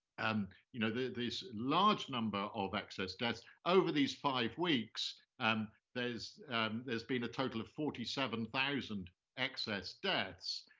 and you know, this large number of excess deaths over these five weeks, and there's there's been a total of forty seven thousand excess deaths,